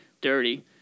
dirty